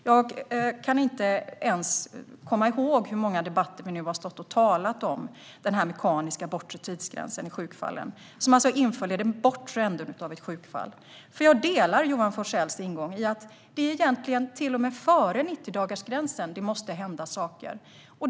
Jag kan inte ens komma ihåg under hur många debatter vi har stått och talat om den mekaniska bortre tidsgränsen i sjukförsäkringen, som finns i den bortre änden av ett sjukfall. Jag delar Johan Forssells ingång att det egentligen till och med är före 90-dagarsgränsen som det måste hända saker.